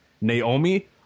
Naomi